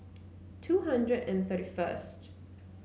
two hundred and thirty first